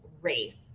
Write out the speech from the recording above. race